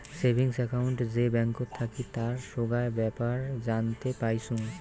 savings account যে ব্যাঙ্কত থাকি তার সোগায় বেপার জানতে পাইচুঙ